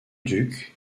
duc